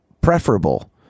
preferable